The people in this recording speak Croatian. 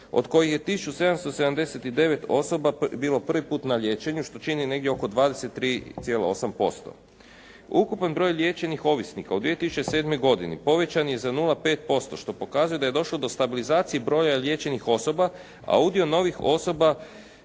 od kojih je tisuću 779 osoba bilo prvi put na liječenju što čini negdje oko 23,8%. Ukupan broj liječenih ovisnika u 2007. godini povećan je za 0,5% što pokazuje da je došlo do stabilizacije broja liječenih osoba a udio novih osoba